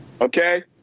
Okay